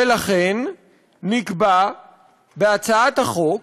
ולכן נקבע בהצעת החוק,